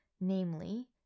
namely